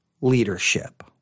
leadership